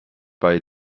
bei